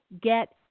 get